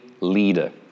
leader